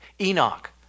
Enoch